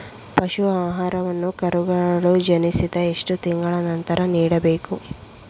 ಪಶು ಆಹಾರವನ್ನು ಕರುಗಳು ಜನಿಸಿದ ಎಷ್ಟು ತಿಂಗಳ ನಂತರ ನೀಡಬೇಕು?